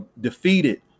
defeated